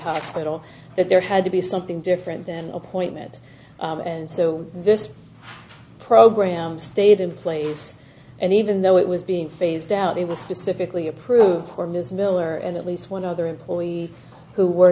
hospital that there had to be something different than appointment and so this program stayed in place and even though it was being phased out it was specifically approved for ms miller and at least one other employees who were